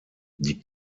die